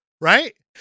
Right